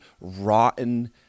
rotten